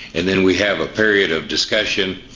and then we have a period of discussion,